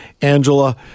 Angela